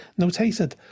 notated